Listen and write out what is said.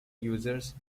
users